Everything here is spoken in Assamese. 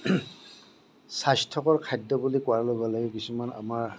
স্বাস্থ্য়কৰ খাদ্য় বুলি কোৱাৰ লগে লগে কিছুমান আমাৰ